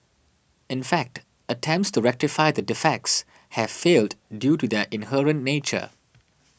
in fact attempts to rectify the defects have failed due to their inherent nature